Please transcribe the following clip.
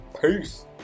peace